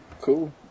cool